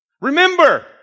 Remember